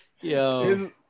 yo